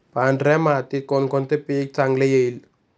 पांढऱ्या मातीत कोणकोणते पीक चांगले येईल?